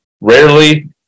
Rarely